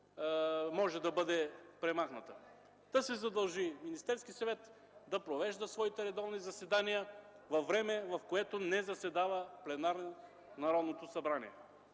може да бъде премахната: да се задължи Министерският съвет да провежда своите редовни заседания във време, в което не заседава пленарно Народното събрание.